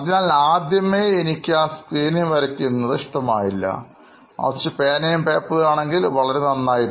അതിനാൽ ആദ്യമേ എനിക്ക് ആ സ്ക്രീനിൽ വരയ്ക്കുന്നത് എനിക്ക് ഇഷ്ടമായില്ല മറിച്ച് പേനയും പേപ്പറും ആണെങ്കിൽ വളരെ നന്നായിരുന്നു